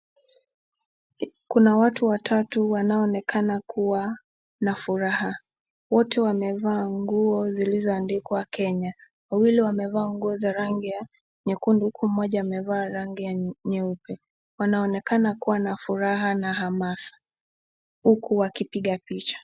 Kuna watu watatu wanaonekana kuwa na furaha, wote wamevaa nguo zilizoandikwa Kenya, wawili wamevaa nguo za rangi ya nyekundu huku mmoja amevaa rangi ya nyeupe, wanaonekana kuwa na furaha na hamasi, huku wakipiga picha.